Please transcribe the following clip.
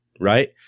right